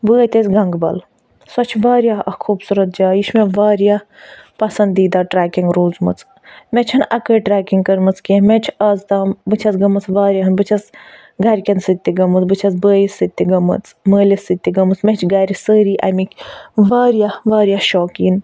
وٲتۍ أسۍ گَنٛگبَل سۄ چھِ واریاہ اَکھ خوٗبصوٗرت جاے یہِ چھِ مےٚ واریاہ پَسندیٖدا ٹرٛیکِنٛگ روٗزمٕژ مےٚ چھَنہٕ اَکٲے ٹرٛیکِنٛگ کٔرمٕژ کیٚنٛہہ مےٚ چھِ آز تام بہٕ چھَس گٔمٕژ واریاہن بہٕ چھَس گھرِکیٚن سۭتۍ تہِ گٔمٕژ بہٕ چھَس بھٲیِس سۭتۍ تہِ گٔمٕژ مٲلِس سۭتۍ تہِ گٔمٕژ مےٚ چھِ گھرِ سٲری اَمِکۍ واریاہ واریاہ شوقیٖن